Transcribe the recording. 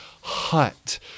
hut